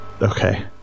okay